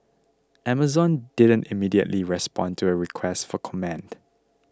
Amazon didn't immediately respond to a request for comment